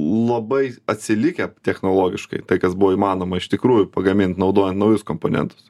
labai atsilikę technologiškai tai kas buvo įmanoma iš tikrųjų pagamint naudojan naujus komponentus